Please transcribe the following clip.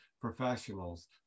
professionals